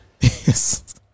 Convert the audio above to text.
Yes